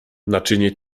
naczynie